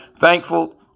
Thankful